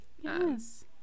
Yes